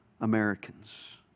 Americans